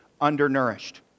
undernourished